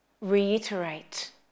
reiterate